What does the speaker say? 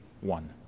one